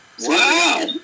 Wow